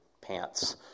pants